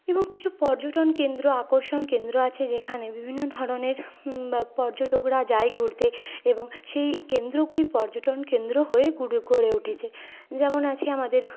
এবং কিছু পর্যটন কেন্দ্র আকর্ষণ কেন্দ্র আছে যেখানে বিভিন্ন ধরনের বা পর্যটকরা যায় ঘুরতে এবং সেই কেন্দ্রগুলি পর্যটন কেন্দ্র হয়ে গড়ে উঠেছে যেমন আছে আমাদের